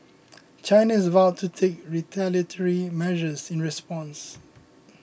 China has vowed to take retaliatory measures in response